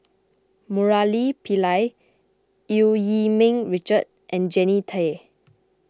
Murali Pillai Eu Yee Ming Richard and Jannie Tay